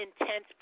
intense